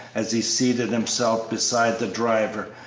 as he seated himself beside the driver,